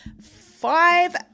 five